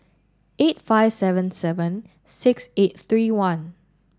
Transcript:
eight five seven seven six eight three one